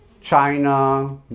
China